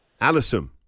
Alison